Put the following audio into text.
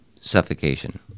suffocation